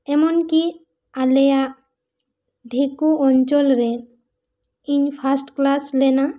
ᱮᱢᱚᱱᱠᱤ ᱟᱞᱮᱭᱟᱜ ᱰᱷᱤᱠᱩ ᱚᱱᱪᱚᱞ ᱨᱮ ᱤᱧ ᱯᱷᱟᱥᱴ ᱠᱞᱟᱥ ᱞᱮᱱᱟ